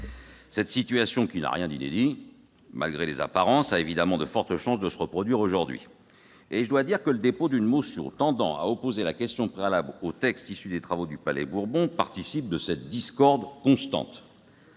Cette situation, qui n'a rien d'inédit, malgré les apparences, a évidemment de fortes chances de se reproduire aujourd'hui, et je dois dire que le dépôt d'une motion tendant à opposer la question préalable au texte issu des travaux du Palais-Bourbon participe à cette discorde constante.